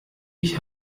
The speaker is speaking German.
ich